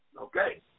Okay